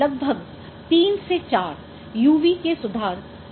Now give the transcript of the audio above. लगभग 3 से 4 UV के सुधार प्रतिवेदित हैं